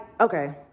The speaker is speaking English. okay